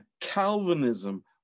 Calvinism